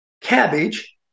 cabbage